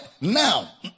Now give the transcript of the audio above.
now